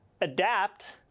adapt